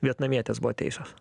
vietnamietės buvo teisios